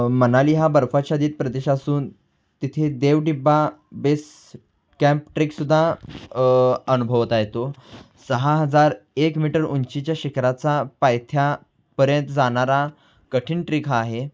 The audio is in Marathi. मनाली हा बर्फाच्छादित प्रदेश असून तिथे देवटिब्बा बेस कॅम्प ट्रेकसुद्धा अनुभवता येतो सहा हजार एक मीटर उंचीच्या शिखराचा पायथ्यापर्यंत जाणारा कठीण ट्रेक हा आहे